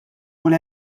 kull